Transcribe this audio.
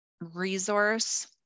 resource